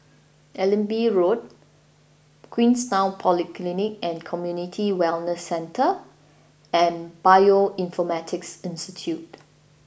Allenby Road Queenstown Polyclinic and Community Wellness Centre and Bioinformatics Institute